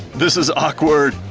this is awkward.